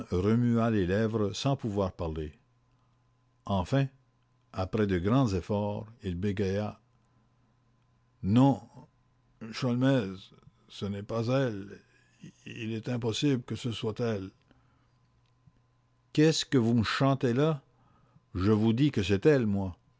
remua les lèvres sans pouvoir parler enfin après de grands efforts il bégaya non sholmès ce n'est pas elle il est impossible que ce soit elle eh qu'est-ce que vous en savez s'écria sholmès avec brusquerie elle est si